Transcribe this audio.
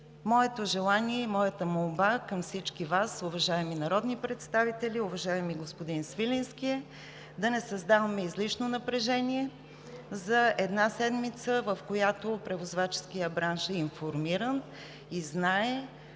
Моето желание и моята молба към всички Вас, уважаеми народни представители, уважаеми господин Свиленски, е да не създаваме излишно напрежение за една седмица, в която превозваческият бранш е информиран и знае,